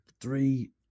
three